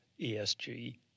ESG